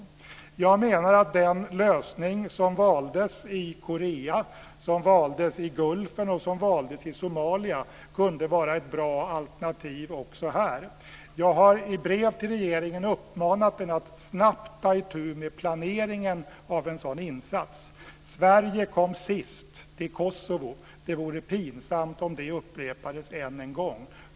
Jag menar att den lösning som valdes i Korea, vid Gulfen och i Somalia kunde vara ett bra alternativ också här, och jag har i brev till regeringen uppmanat den att snabbt ta itu med planeringen av en sådan insats. Sverige kom sist till Kosovo. Det vore pinsamt om det upprepades än en gång.